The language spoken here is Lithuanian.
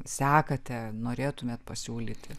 sekate norėtumėt pasiūlyti